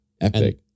epic